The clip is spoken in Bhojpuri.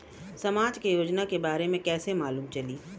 समाज के योजना के बारे में कैसे मालूम चली?